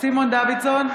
סימון דוידסון,